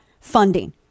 funding